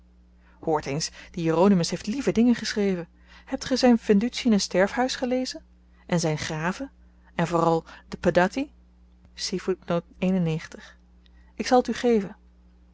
hoort eens die jeronimus heeft lieve dingen geschreven hebt ge zyn vendutie in een sterfhuis gelezen en zyn graven en vooral de pedatti ik zal t u geven